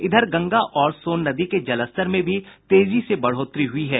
इधर गंगा और सोन नदी के जलस्तर में तेजी से बढ़ोतरी हुई है